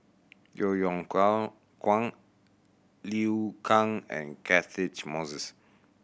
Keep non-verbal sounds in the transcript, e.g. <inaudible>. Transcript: Yeo Yeow <unintelligible> Kwang Liu Kang and Catchick Moses